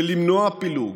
בלמנוע פילוג,